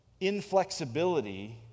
inflexibility